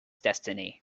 destiny